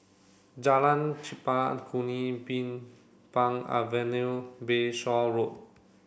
Jalan Chempaka Kuning Bin Pang Avenue Bayshore Road